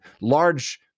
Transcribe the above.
large